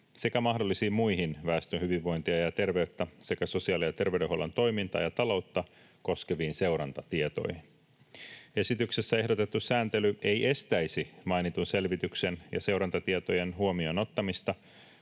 sekä mahdollisiin muihin väestön hyvinvointia ja terveyttä sekä sosiaali‑ ja terveydenhuollon toimintaa ja taloutta koskeviin seurantatietoihin. Esityksessä ehdotettu sääntely ei estäisi mainitun selvityksen ja seurantatietojen huomioon ottamista,